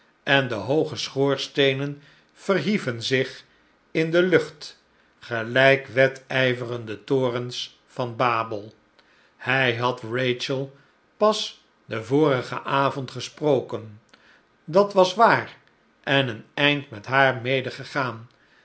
en de hooge schoorsteenen verhieven zich in de lucht gelijk wedijverende torens van babel hij had rachel pas den vorigen avond gesproken dat was waar en een eind met haar